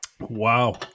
Wow